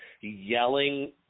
yelling